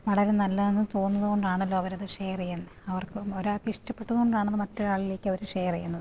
വളരെ നല്ലതാണെന്ന് തോന്നുന്നതുകൊണ്ടാണല്ലോ അവര് അത് ഷെയർ ചെയ്യുന്നത് അവർക്ക് ഒരാൾക്ക് ഇഷ്ടപെട്ടതുകൊണ്ടാണ് മറ്റൊരാളിലേയ്ക്ക് അവർ അത് ഷെയർ ചെയ്യുന്നത്